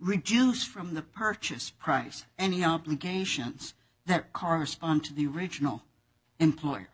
reduced from the purchase price any obligations that correspond to the original employer